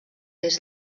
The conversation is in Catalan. des